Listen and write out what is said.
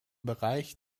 bereich